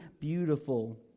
beautiful